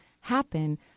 happen